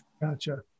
gotcha